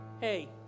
hey